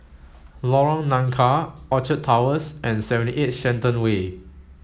Lorong Nangka Orchard Towers and seventy eight Shenton Way